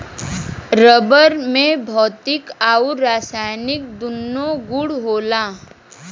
rubber में भौतिक आउर रासायनिक दून्नो गुण होला